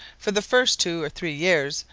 for the first two or three years,